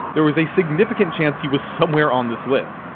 there was a significant chance he was somewhere on this list.